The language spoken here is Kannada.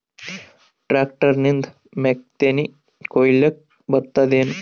ಟ್ಟ್ರ್ಯಾಕ್ಟರ್ ನಿಂದ ಮೆಕ್ಕಿತೆನಿ ಕೊಯ್ಯಲಿಕ್ ಬರತದೆನ?